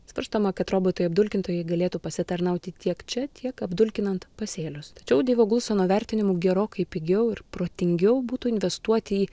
svarstoma kad robotai apdulkintojai galėtų pasitarnauti tiek čia tiek apdulkinant pasėlius tačiau deivo gulsono vertinimu gerokai pigiau ir protingiau būtų investuoti į